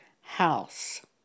house